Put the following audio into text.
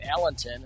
Allenton